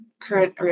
current